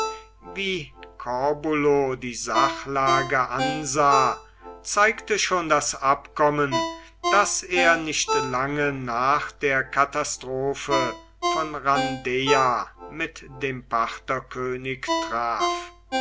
wie corbulo die sachlage ansah zeigte schon das abkommen das er nicht lange nach der katastrophe von rhandeia mit dem partherkönig traf